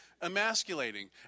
emasculating